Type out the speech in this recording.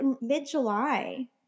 mid-July